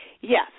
Yes